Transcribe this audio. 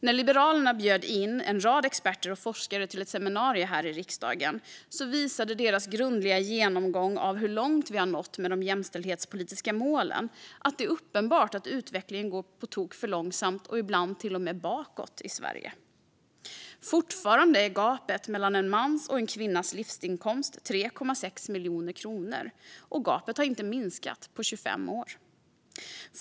När Liberalerna bjöd in en rad experter och forskare till ett seminarium här i riksdagen visade deras grundliga genomgång av hur långt vi nått med de jämställdhetspolitiska målen att det är uppenbart att utvecklingen går på tok för långsamt och ibland till och med bakåt i Sverige. Fortfarande är gapet mellan en mans och kvinnas livsinkomst 3,6 miljoner kronor, och gapet har inte minskat på 25 år.